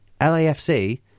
LAFC